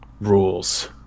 rules